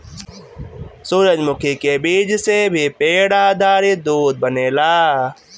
सूरजमुखी के बीज से भी पेड़ आधारित दूध बनेला